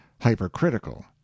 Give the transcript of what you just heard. hypercritical